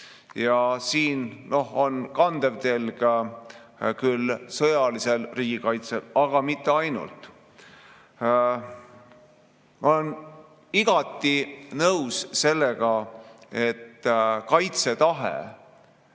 Siin on kandev telg küll sõjaline riigikaitse, aga mitte ainult. Ma olen igati nõus sellega, et kaitsetahe